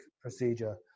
procedure